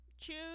Choose